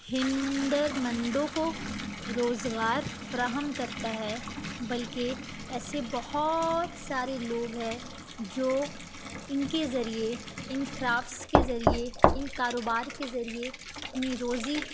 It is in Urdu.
ہنرمندوں کو روزگار فراہم کرتا ہے بلکہ ایسے بہت سارے لوگ ہیں جو ان کے ذریعے ان کرافٹس کے ذریعے ان کاروبار کے ذریعے اپنی روزی